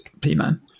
P-Man